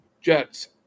Jets